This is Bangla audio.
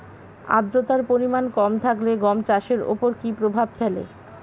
আদ্রতার পরিমাণ কম থাকলে গম চাষের ওপর কী প্রভাব ফেলে?